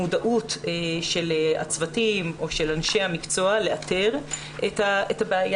המודעות של הצוותים או של אנשי המקצוע לאתר את הבעיה,